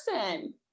person